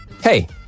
Hey